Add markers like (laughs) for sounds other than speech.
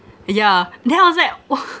yeah then I was like (laughs)